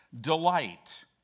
Delight